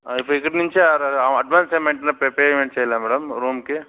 ఇప్పుడు ఇక్కడ నుంచి అడ్వాన్స్ ఏమైనా పే పేమెంట్ చేయాలా మ్యాడమ్ రూమ్కి